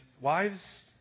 wives